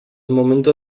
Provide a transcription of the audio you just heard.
momento